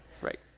Right